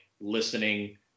listening